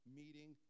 meeting